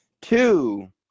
Two